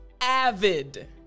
avid